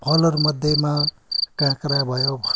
फलहरूमध्येमा काँक्रा भयो